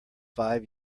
five